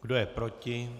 Kdo je proti?